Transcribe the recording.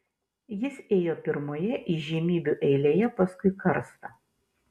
jis ėjo pirmoje įžymybių eilėje paskui karstą